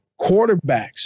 quarterbacks